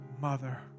mother